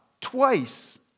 twice